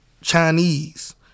Chinese